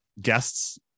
guests